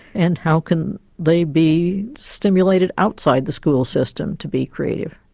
and how can they be stimulated outside the school system to be creative?